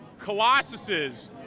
colossuses